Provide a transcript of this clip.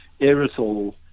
aerosol